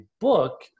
book